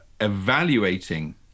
evaluating